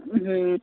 ಹ್ಞೂ